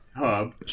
hub